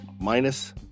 minus